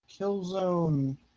Killzone